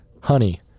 honey